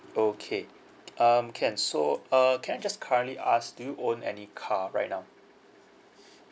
okay um can so uh can I just currently ask do you own any car right now